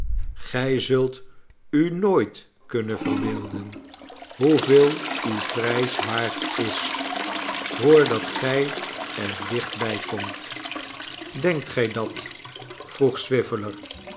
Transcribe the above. gij zult u nooit kunnen verbeelden hoeveel uw prijs waard is voordat gij er dicht bij komt denkt gij dat vroeg